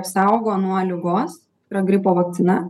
apsaugo nuo ligos yra gripo vakcina